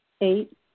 Eight